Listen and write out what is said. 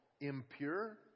impure